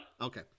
Okay